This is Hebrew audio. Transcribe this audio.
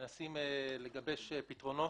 אנחנו מנסים לגבש פתרונות.